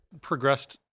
progressed